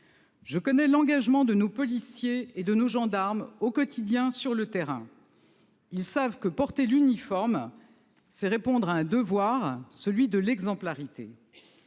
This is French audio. Je connais l'engagement de nos policiers et de nos gendarmes, au quotidien, sur le terrain. Ils savent que porter l'uniforme, c'est répondre à un devoir, celui de l'exemplarité.